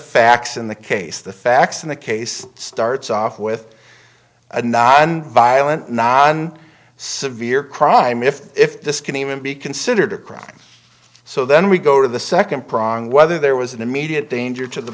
facts in the case the facts in the case starts off with a non violent non severe crime if if this can even be considered a crime so then we go to the second prong whether there was an immediate danger to the